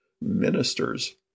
ministers